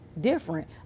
different